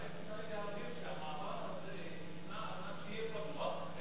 אולי כדאי להבהיר שהמעבר הזה נבנה על מנת שיהיה פתוח.